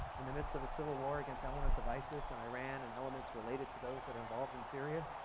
in the midst of a civil war against elements of isis and iran and elements related to those that are involved in syria?